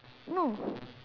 no